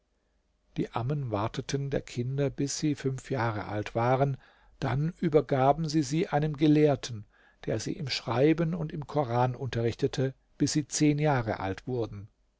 die ammen warteten der kinder bis sie fünf jahre alt waren dann übergaben sie sie einem gelehrten der sie im schreiben und im koran unterrichtete bis sie zehn jahre alt wurden